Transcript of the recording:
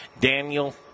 Daniel